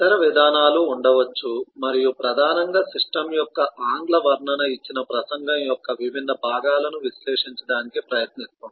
ఇతర విధానాలు ఉండవచ్చు మరియు ప్రధానంగా సిస్టమ్ యొక్క ఆంగ్ల వర్ణన ఇచ్చిన ప్రసంగం యొక్క విభిన్న భాగాలను విశ్లేషించడానికి ప్రయత్నిస్తుంది